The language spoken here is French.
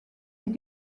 est